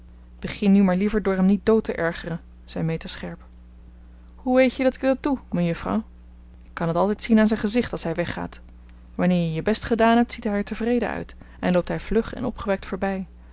begin nu maar liever door hem niet dood te ergeren zei meta scherp hoe weet je dat ik dat doe mejuffrouw ik kan t altijd zien aan zijn gezicht als hij weggaat wanneer je je best gedaan hebt ziet hij er tevreden uit en loopt hij vlug en opgewekt voorbij